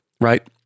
right